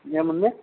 ఏముంది